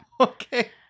okay